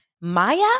Maya